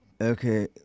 Okay